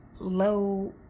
low